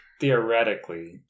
theoretically